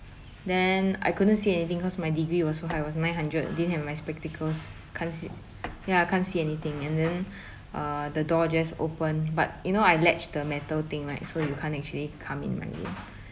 then I couldn't see anything cause my degree was so high it was nine hundred didn't have my spectacles can't se~ ya can't see anything and then uh the door just opened but you know I latch the metal thing right so you can't actually come in my room